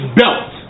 belt